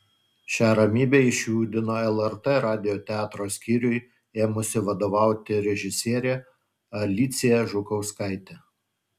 šią ramybę išjudino lrt radijo teatro skyriui ėmusi vadovauti režisierė alicija žukauskaitė